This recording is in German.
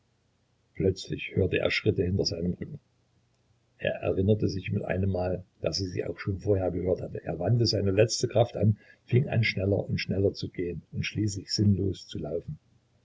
plötzlich hörte er schritte hinter seinem rücken er erinnerte sich mit einem mal daß er sie auch schon vorher gehört hatte er wandte seine letzte kraft an fing an schneller und schneller zu gehen und schließlich sinnlos zu laufen